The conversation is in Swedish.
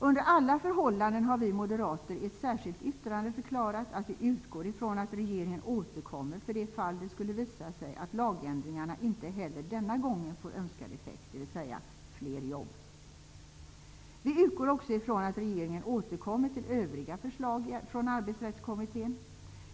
Under alla förhållanden har vi moderater i ett särskilt yttrande förklarat att vi utgår ifrån att regeringen återkommer för det fall det skulle visa sig att lagändringarna inte heller denna gång får önskad effekt, dvs. fler jobb. Vi utgår också ifrån att regeringen återkommer till övriga förslag från Arbetsrättskommittén.